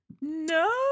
no